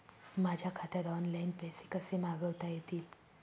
माझ्या खात्यात ऑनलाइन पैसे कसे मागवता येतील?